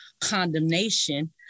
condemnation